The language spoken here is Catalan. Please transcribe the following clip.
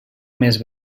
més